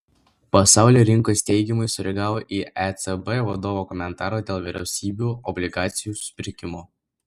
pasaulio rinkos teigiamai sureagavo į ecb vadovo komentarą dėl vyriausybių obligacijų supirkimo